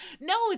no